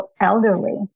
elderly